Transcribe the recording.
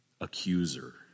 accuser